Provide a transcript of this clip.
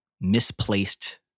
misplaced